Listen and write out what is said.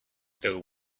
there